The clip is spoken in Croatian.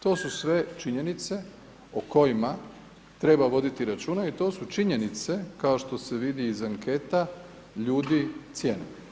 To su sve činjenice o kojima treba voditi računa i to su činjenice, kao što se vidi iz anketa, ljudi cijene.